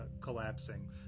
collapsing